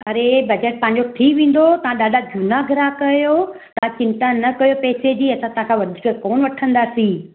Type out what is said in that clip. अरे बजट तव्हांजो थी वेंदो तव्हां ॾाढा झूना ग्राहकु आयो तव्हां चिंता न कयो पैसे जी असां तव्हां खां वधीक कोन वठंदासी